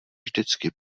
vždycky